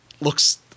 looks